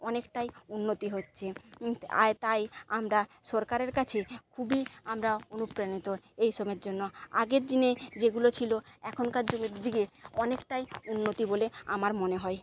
অনেকটাই উন্নতি হচ্ছে আয় তাই আমরা সরকারের কাছে খুবই আমরা অনুপ্রেণিত এইসবের জন্য আগের জিনে যেগুলো ছিল এখনকার যুগের দিকে অনেকটাই উন্নতি বলে আমার মনে হয়